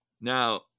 Now